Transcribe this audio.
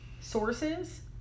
sources